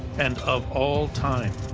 and of all time.